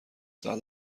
ساعت